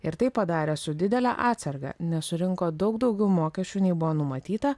ir tai padarė su didele atsarga nes surinko daug daugiau mokesčių nei buvo numatyta